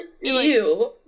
Ew